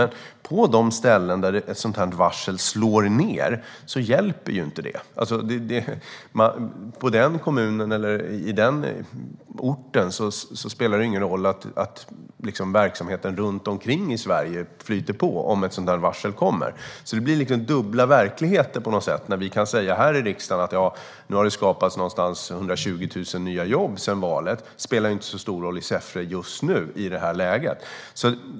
Men på de ställen där ett sådant här varsel slår ned hjälper inte det. I den kommunen eller på den orten spelar det ingen roll att verksamheten runt omkring i Sverige flyter på om ett sådant varsel kommer. Det blir på något sätt dubbla verkligheter. Vi kan här i riksdagen säga att det nu har skapats runt 120 000 nya jobb sedan valet. Det spelar inte så stor roll i Säffle just nu i det här läget.